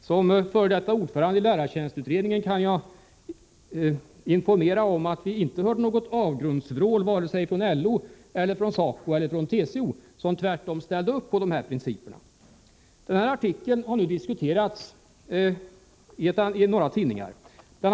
Såsom f. d. ordförande i lärartjänstutredningen kan jag informera om att vi inte hörde något avgrundsvrål från vare sig LO, SACO eller TCO, vilka tvärtom ställde upp på dessa principer. Denna artikel har nu diskuterats i några tidningar. Bl.